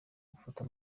gufata